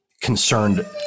Concerned